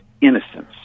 innocence